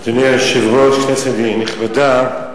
אדוני היושב-ראש, כנסת נכבדה,